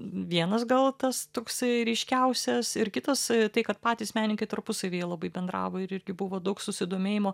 vienas gal tas toksai ryškiausias ir kitas tai kad patys menininkai tarpusavyje labai bendravo ir irgi buvo daug susidomėjimo